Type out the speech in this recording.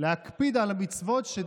להקפיד על המצוות,